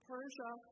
Persia